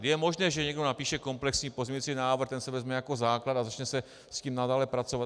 Je možné, že někdo napíše komplexní pozměňující návrh, ten se vezme jako základ a začne se s tím nadále pracovat.